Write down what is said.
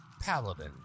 Paladin